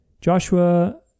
Joshua